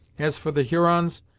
as for the hurons,